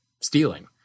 stealing